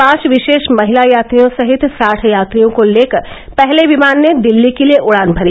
पांच विशेष महिला यात्रियों सहित साठ यात्रियों को लेकर पहले विमान ने दिल्ली के लिये उड़ान भरी